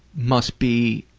must be